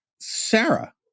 Sarah